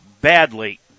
badly